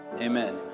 amen